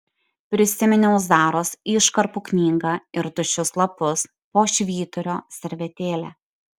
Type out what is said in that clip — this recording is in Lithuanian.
prisiminiau zaros iškarpų knygą ir tuščius lapus po švyturio servetėle